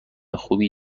خوبی